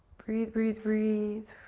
breathe, breathe, breathe.